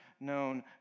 known